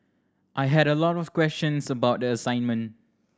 I had a lot of questions about the assignment